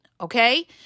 okay